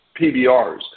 PBRs